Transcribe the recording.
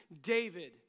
David